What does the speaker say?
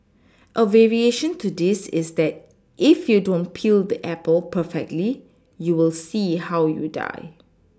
a variation to this is that if you don't peel the Apple perfectly you will see how you die